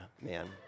man